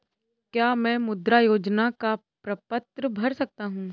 क्या मैं मुद्रा योजना का प्रपत्र भर सकता हूँ?